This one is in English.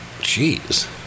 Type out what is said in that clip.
Jeez